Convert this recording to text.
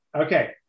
Okay